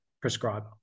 prescriber